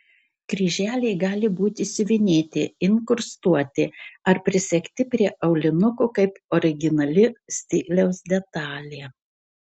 kryželiai gali būti siuvinėti inkrustuoti ar prisegti prie aulinuko kaip originali stiliaus detalė